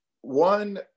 one